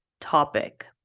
topic